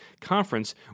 conference